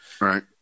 Right